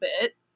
bit